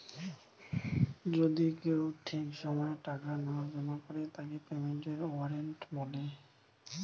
যদি কেউ ঠিক সময় টাকা না জমা করে তাকে পেমেন্টের ওয়ারেন্ট বলে